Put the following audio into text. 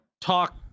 talk